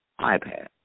iPad